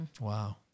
Wow